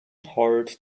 hard